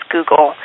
Google